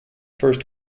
first